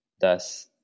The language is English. Thus